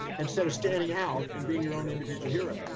instead of standing out and being your own individual hero.